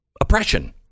oppression